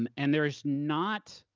um and there's not,